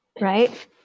Right